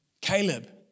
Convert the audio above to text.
Caleb